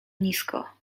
nisko